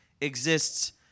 exists